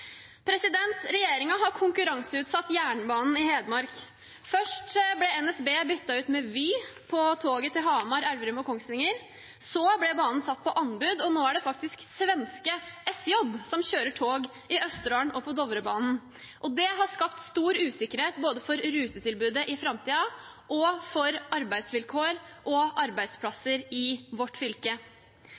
har konkurranseutsatt jernbanen i Hedmark. Først ble NSB byttet ut med Vy på toget til Hamar, Elverum og Kongsvinger. Så ble banen satt ut på anbud, og nå er det faktisk svenske SJ som kjører tog i Østerdalen og på Dovrebanen. Det har skapt stor usikkerhet både for rutetilbudet i framtiden og for arbeidsvilkår og arbeidsplasser i vårt fylke.